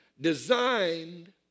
designed